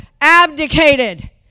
abdicated